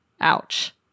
ouch